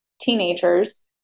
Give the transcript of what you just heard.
teenagers